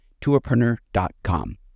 tourpreneur.com